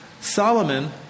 Solomon